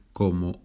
como